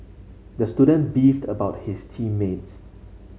the student beefed about his team mates